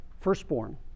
firstborn